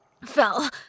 Fell